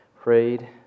prayed